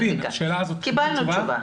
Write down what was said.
קיבלנו תשובה.